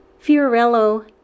Fiorello